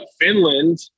Finland